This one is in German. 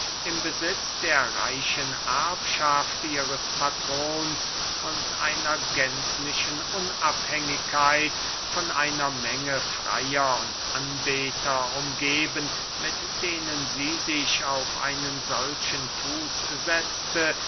im besitz der reichen erbschaft ihres patrons und einer gänzlichen unabhängigkeit von einer menge freyer und anbeter umgeben mit denen sie sich auf einen solchen fuß setzte